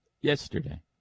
Yesterday